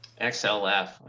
XLF